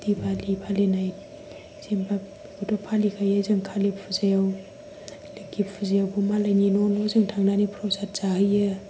दिवालि फालिनाय जेनेबा बेखौथ' फालिखायो जों खालि फुजायाव लोखि फुजायावबो थांनानै मालायनि न' न' थांनानै प्रसाद जाहैयो